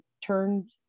turned